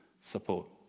support